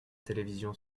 télévision